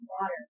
water